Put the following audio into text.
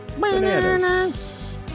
Bananas